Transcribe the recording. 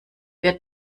wir